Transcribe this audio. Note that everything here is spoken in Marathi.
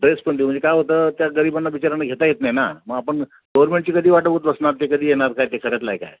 ड्रेस पण देऊ म्हणजे काय होतं त्या गरिबांना बिचारांना घेता येत नाही ना मग आपण गव्हर्मेंटची कधी वाट बघत बसणार ते कधी येणार काय ते खऱ्यातलं आहे काय